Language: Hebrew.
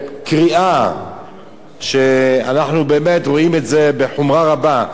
קריאה שאנחנו באמת רואים את זה בחומרה רבה,